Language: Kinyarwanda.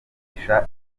kurisha